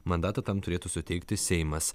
mandatą tam turėtų suteikti seimas